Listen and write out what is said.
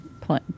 play